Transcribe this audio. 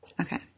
Okay